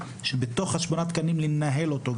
בתוך שמונת התקנים זה מערך שגם צריך לנהל אותו.